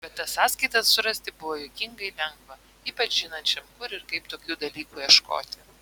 bet tas sąskaitas surasti buvo juokingai lengva ypač žinančiam kur ir kaip tokių dalykų ieškoti